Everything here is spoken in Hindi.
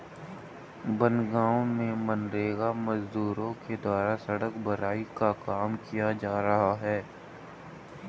बनगाँव में मनरेगा मजदूरों के द्वारा सड़क भराई का काम किया जा रहा है